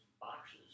boxes